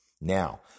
Now